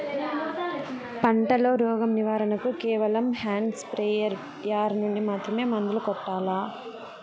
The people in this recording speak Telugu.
పంట లో, రోగం నివారణ కు కేవలం హ్యాండ్ స్ప్రేయార్ యార్ నుండి మాత్రమే మందులు కొట్టల్లా?